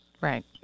Right